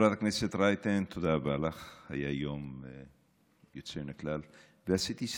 היה יום יוצא מן הכלל, ועשית היסטוריה.